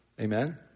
Amen